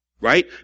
Right